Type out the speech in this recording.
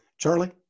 Charlie